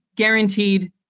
Guaranteed